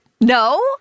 No